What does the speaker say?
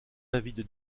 avide